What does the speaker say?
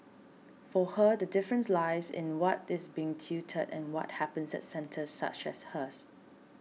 for her the difference lies in what is being tutored and what happens at centres such as hers